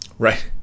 Right